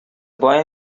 boy